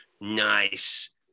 nice